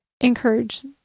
encourage